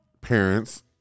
parents